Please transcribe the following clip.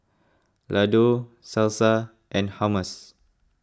Ladoo Salsa and Hummus